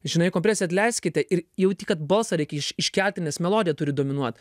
žinai kompresiją atleiskite ir jauti kad balsą reikia iš iškelti nes melodija turi dominuot